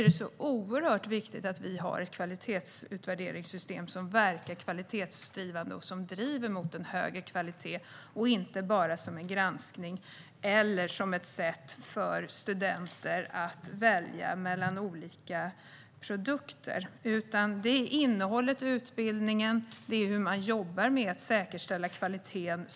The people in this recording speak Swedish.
Det är oerhört viktigt för mig att vi har ett kvalitetsutvärderingssystem som verkar kvalitetsdrivande, alltså driver mot en högre kvalitet, och inte bara är en granskning eller är något som studenter kan välja olika produkter från. Det viktiga är utbildningens innehåll och hur man jobbar med att säkerställa kvaliteten.